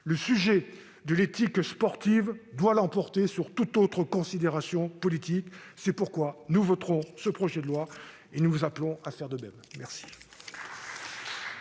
le sujet de l'éthique sportive doit l'emporter sur toute autre considération politique. C'est pourquoi nous voterons pour ce projet de loi et vous appelons à faire de même. La